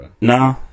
Nah